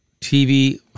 TV